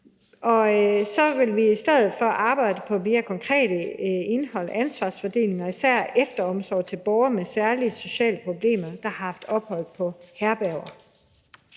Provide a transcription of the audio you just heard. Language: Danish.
så vil vi arbejde på et mere konkret indhold af ansvarsfordelingen, især efteromsorg til borgere med særlige sociale problemer, der har haft ophold på herberger.